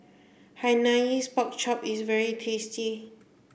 Hainanese pork chop is very tasty